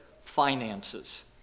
finances